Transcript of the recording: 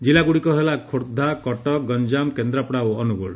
କିଲ୍ଲାଗୁଡ଼ିକ ହେଲା ଖୋର୍ଦ୍ଧା କଟକ ଗଞ୍ଚାମ କେନ୍ଦ୍ରାପଡ଼ା ଓ ଅନୁଗୁଳ